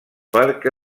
perquè